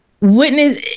witness